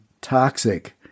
toxic